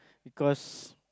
because